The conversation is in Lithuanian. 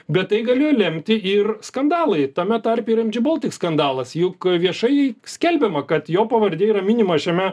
bet tai galėjo lemti ir skandalai tame tarpe ir mg baltic skandalas juk a viešai skelbiama kad jo pavardė yra minima šiame